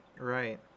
right